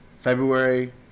February